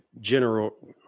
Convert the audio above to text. general